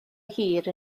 hir